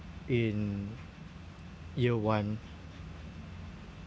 in year one